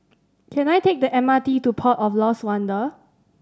can I take the M R T to Port of Lost Wonder